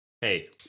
Hey